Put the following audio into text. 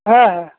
হ্যাঁ হ্যাঁ